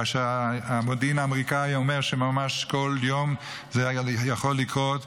כאשר המודיעין האמריקני אומר שממש כל יום זה יכול לקרות.